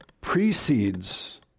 precedes